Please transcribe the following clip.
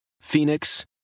Phoenix